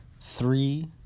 three